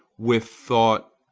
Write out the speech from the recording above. with thought,